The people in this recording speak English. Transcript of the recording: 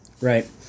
Right